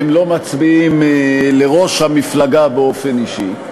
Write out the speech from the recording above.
הם לא מצביעים לראש המפלגה באופן אישי.